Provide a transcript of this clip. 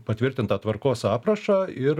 patvirtintą tvarkos aprašą ir